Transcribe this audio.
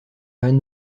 ann